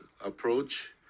approach